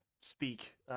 speak